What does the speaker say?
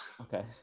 Okay